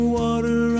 water